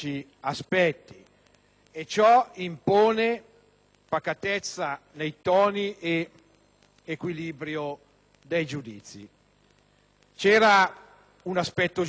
Ciò impone pacatezza nei toni ed equilibrio dei giudizi. C'era un aspetto giuridico